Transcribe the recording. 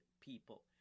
people